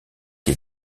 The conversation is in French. qui